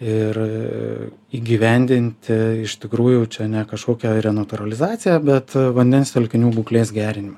ir įgyvendinti iš tikrųjų čia ne kažkokią renatūralizaciją bet vandens telkinių būklės gerinimą